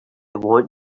want